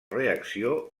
reacció